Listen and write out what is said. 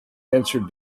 answered